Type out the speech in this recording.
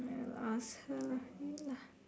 I'll ask her wait lah